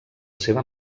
seva